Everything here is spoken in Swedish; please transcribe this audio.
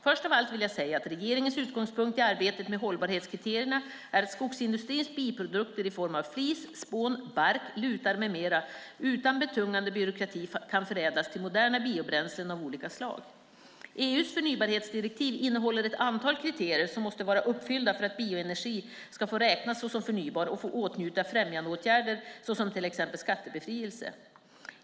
Först av allt vill jag säga att regeringens utgångspunkt i arbetet med hållbarhetskriterierna är att skogsindustrins biprodukter i form av flis, spån, bark, lutar med mera utan betungande byråkrati kan förädlas till moderna biobränslen av olika slag. EU:s förnybarhetsdirektiv innehåller ett antal kriterier som måste vara uppfyllda för att bioenergi ska få räknas som förnybar och få åtnjuta främjandeåtgärder som till exempel skattebefrielse.